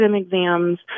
exams